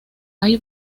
hay